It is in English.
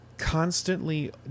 constantly